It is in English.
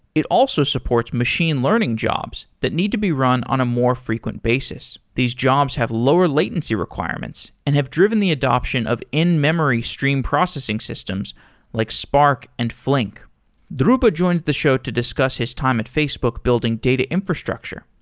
it also supports machine learning jobs that need to be run on a more frequent basis. these jobs have lower latency requirements and have driven the adoption of in-memory stream processing systems like spark and flank dhruba joined the show to discuss his time at facebook building data infrastructure.